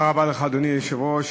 אדוני היושב-ראש,